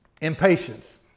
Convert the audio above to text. impatience